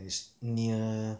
it's near